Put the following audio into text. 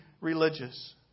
religious